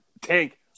tank